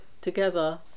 together